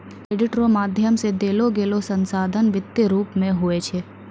credit रो माध्यम से देलोगेलो संसाधन वित्तीय रूप मे हुवै छै